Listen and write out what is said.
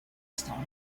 stampa